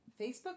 Facebook